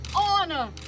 honor